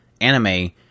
anime